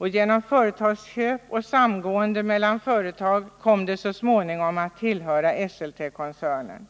Genom företagsköp och samgående mellan företag kom det så småningom att tillhöra Esseltekoncernen.